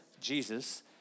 Jesus